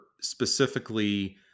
specifically